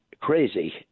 crazy